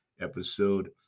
episode